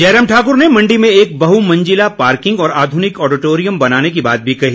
जयराम ठाकुर ने मण्डी में एक बहुमंज़िला पार्किंग और आधुनिक ऑडिटोरियम बनाने की बात भी कही